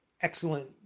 excellent